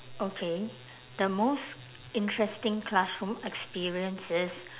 okay the most interesting classroom experience is